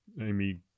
Amy